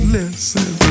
Listen